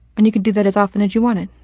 and you can do that as often as you wanted.